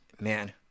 Man